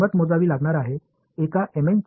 இப்போது நீங்கள் செலுத்த வேண்டியது விலை மட்டுமே